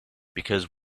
because